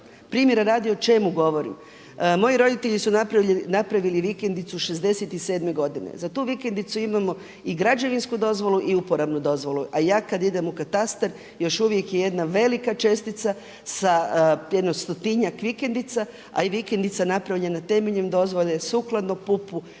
primjera radi o čemu govorim. Moji roditelji su napravili vikendicu '67. godine, za tu vikendicu imamo i građevinsku dozvolu i uporabnu dozvolu. A ja kada idem u katastra još uvijek je jedna velika čestica sa jedno stotinjak vikendica, a i vikendica napravljena temeljem dozvole sukladno PUP-u